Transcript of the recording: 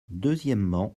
deuxièmement